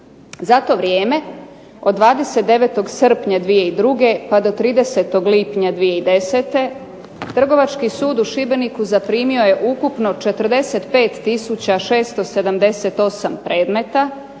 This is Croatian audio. Za to vrijeme od 29. srpnja 2002. pa do 30. lipnja 2010. Trgovački sud u Šibeniku zaprimio je ukupno 45678 predmeta,